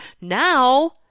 now